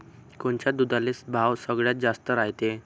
कोनच्या दुधाले भाव सगळ्यात जास्त रायते?